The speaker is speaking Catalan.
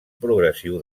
progressiu